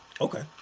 okay